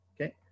okay